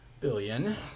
billion